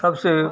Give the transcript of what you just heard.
सबसे